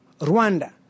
Rwanda